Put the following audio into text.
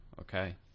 okay